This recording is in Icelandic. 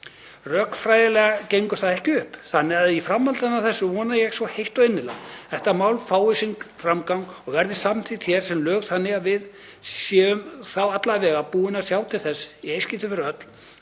Rökfræðilega gengur það ekki upp þannig að í framhaldi af þessu vona ég svo heitt og innilega að þetta mál fái sinn framgang og verði samþykkt hér sem lög þannig að við séum þá alla vega búin að sjá til þess í eitt skipti fyrir öll